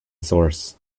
source